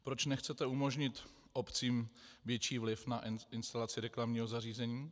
Proč nechcete umožnit obcím větší vliv na instalaci reklamního zařízení?